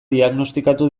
diagnostikatu